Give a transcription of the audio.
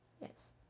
Yes